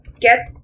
get